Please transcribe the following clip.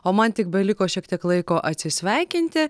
o man tik beliko šiek tiek laiko atsisveikinti